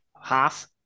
half